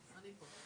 אני כאן.